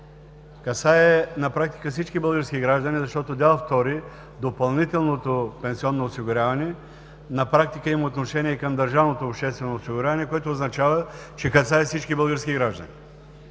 касае на практика всички български граждани, защото Дял II – допълнителното пенсионно осигуряване, на практика има отношение към държавното обществено осигуряване, което означава, че касае всички български граждани